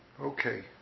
Okay